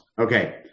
Okay